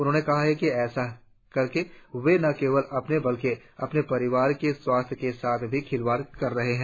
उन्होंने कहा कि ऐसा करके वे न केवल अपने बल्कि अपने परिवार के स्वास्थ्य के साथ भी खिलवाड़ कर रहे हैं